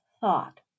thought